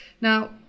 Now